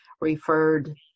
referred